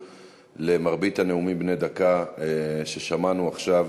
למרבית הנאומים בני דקה ששמענו עכשיו,